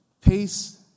peace